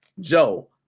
Joe